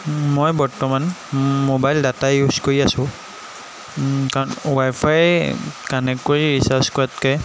মই বৰ্তমান mobile data use কৰি আছোঁ কাৰণ ৱাই ফাই কানেক্ট কৰি ৰিচাৰ্জ কৰাতকৈ